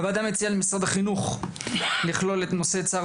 הוועדה מציעה למשרד החינוך לכלול את נושא צער